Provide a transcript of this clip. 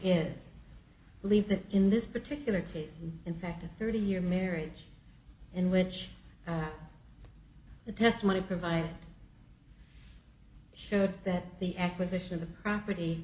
believe that in this particular case in fact a thirty year marriage in which the testimony provide showed that the acquisition of the property